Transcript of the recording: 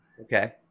Okay